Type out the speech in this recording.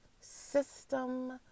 system